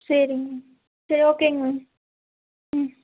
சரிங்க மேம் சரி ஓகேங்க மேம் ம்